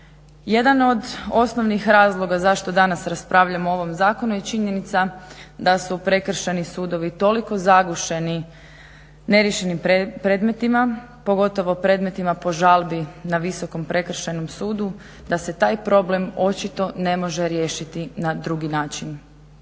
Jedan od osnovnih razloga zašto danas raspravljamo o ovom zakonu je činjenica da su prekršajni sudovi toliko zagušeni neriješenim predmetima, pogotovo predmetima po žalbi na Visokom prekršajnom sudu da se taj problem očito ne može riješiti na drugi način.